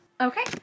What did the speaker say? Okay